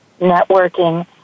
networking